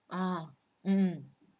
ah mm